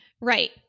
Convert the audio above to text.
Right